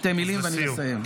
שתי מילים ואני אסיים.